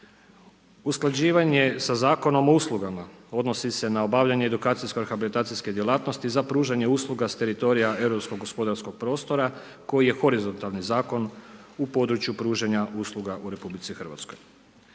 Usklađivanje sa Zakonom o uslugama, odnosi se na obavljanje edukacijsko rehabilitacijske djelatnosti za pružanje usluga s teritorija europskog gospodarskog prostora koji je horizontalni zakon u području pružanja usluga u RH. Zakonom